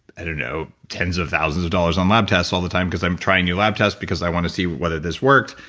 i don't know, tens of thousands of dollars on lab tests all the time cause i'm trying new lab tests, because i wanna see whether this worked,